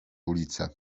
ulicę